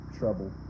trouble